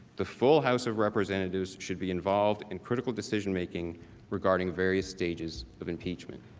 the full house of representatives should be involved in critical decision-making regarding various stages of impeachment.